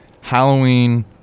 Halloween